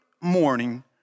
morning